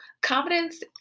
confidence